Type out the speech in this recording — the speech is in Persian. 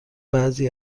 بعضی